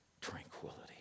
tranquility